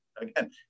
again